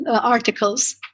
articles